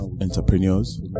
entrepreneurs